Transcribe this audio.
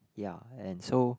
ya and so